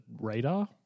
radar